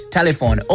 Telephone